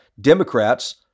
Democrats